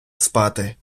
спати